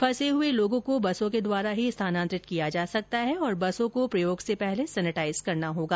फंसे हुए लोगों को बसों के द्वारा ही स्थानांतरित किया जा सकता है और बसों को प्रयोग से पहले सेनेटाइज करना होगा